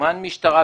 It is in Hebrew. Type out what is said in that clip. שתזומן משטרה.